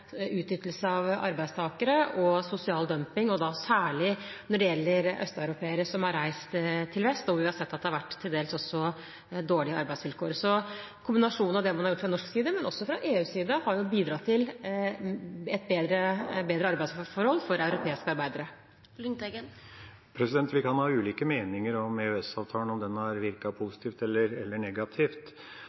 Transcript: utnyttelse av arbeidstakere og sosial dumping, særlig når det gjelder østeuropeere som har reist til vest, og hvor vi har sett at det har vært til dels dårlige arbeidsvilkår. Så kombinasjonen av det man har gjort fra norsk side og fra EUs side har bidratt til bedre arbeidsforhold for europeiske arbeidere. Vi kan ha ulike meninger om hvorvidt EØS-avtalen har virket positivt eller negativt,